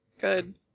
Good